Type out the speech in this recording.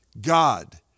God